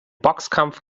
boxkampf